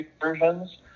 versions